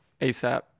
ASAP